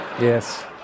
Yes